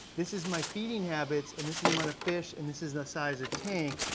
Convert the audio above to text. this is my feeding habits, and this is the amount of fish, and this is the size of tank,